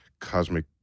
Cosmic